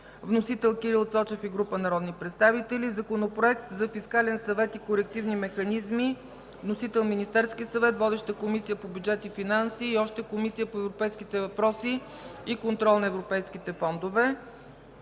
Вносител – Кирил Цочев и група народни представители. Законопроект за Фискален съвет и корективни механизми. Вносител – Министерският съвет. Водеща е Комисията по бюджет и финанси, и още – Комисията по европейските въпроси и контрол на европейските фондове.